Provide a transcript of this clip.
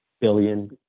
billion